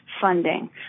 funding